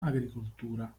agricoltura